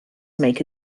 make